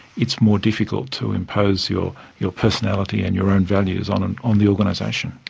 it's more difficult to impose your your personality and your own values on and on the organisation.